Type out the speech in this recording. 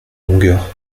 longueur